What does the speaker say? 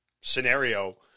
scenario